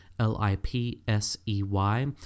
L-I-P-S-E-Y